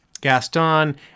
Gaston